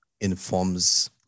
informs